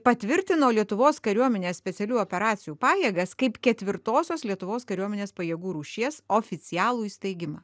patvirtino lietuvos kariuomenės specialiųjų operacijų pajėgas kaip ketvirtosios lietuvos kariuomenės pajėgų rūšies oficialų įsteigimą